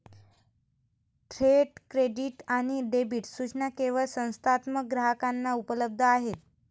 थेट क्रेडिट आणि डेबिट सूचना केवळ संस्थात्मक ग्राहकांना उपलब्ध आहेत